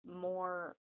more